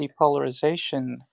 depolarization